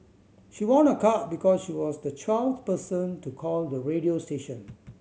she won a car because she was the twelfth person to call the radio station